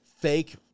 fake